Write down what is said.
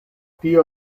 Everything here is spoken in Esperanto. tio